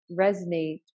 resonate